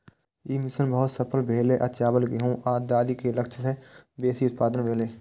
ई mission बहुत सफल भेलै आ चावल, गेहूं आ दालि के लक्ष्य सं बेसी उत्पादन भेलै